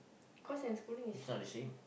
because excluding is serious sing